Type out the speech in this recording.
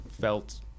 felt